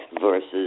versus